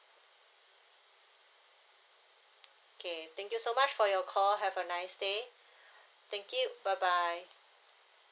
okay thank you so much for your call have a nice day thank you bye bye